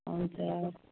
हुन्छ